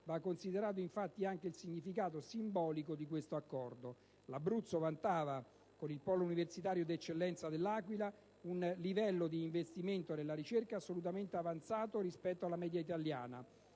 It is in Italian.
Va considerato, infatti, anche il significato simbolico dell'Accordo. L'Abruzzo vantava, con il polo universitario d'eccellenza dell'Aquila, un livello di investimenti nella ricerca assolutamente avanzato rispetto alla media italiana;